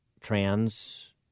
trans